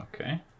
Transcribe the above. Okay